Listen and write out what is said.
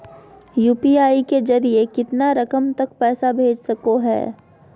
UPI के जरिए कितना रकम तक पैसा भेज सको है?